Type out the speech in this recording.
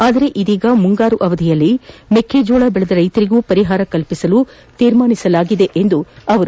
ಆದರೆ ಇದೀಗ ಮುಂಗಾರು ಅವಧಿಯಲ್ಲಿ ಮೆಕ್ಕೆ ಜೋಳ ಬೆಳೆದ ರೈತರಿಗೂ ಪರಿಹಾರ ಕಲ್ಪಿಸಲು ತೀರ್ಮಾನಿಸಲಾಗಿದೆ ಎಂದರು